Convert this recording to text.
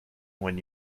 when